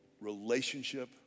relationship